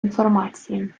інформації